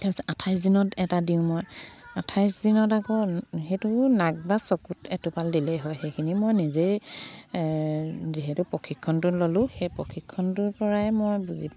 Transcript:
তাৰপিছত আঠাইছ দিনত এটা দিওঁ মই আঠাইছ দিনত আকৌ সেইটো নাক বা চকুত এটোপাল দিলেই হয় সেইখিনি মই নিজেই যিহেতু প্ৰশিক্ষণটো ল'লোঁ সেই প্ৰশিক্ষণটোৰ পৰাই মই বুজি